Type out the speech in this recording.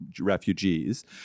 refugees